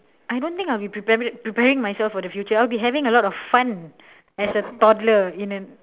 I don't think I'll be preparing preparing myself for the future I'll be having a lot of fun as a toddler in an